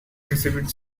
exhibit